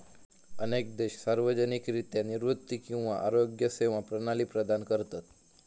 अनेक देश सार्वजनिकरित्या निवृत्ती किंवा आरोग्य सेवा प्रणाली प्रदान करतत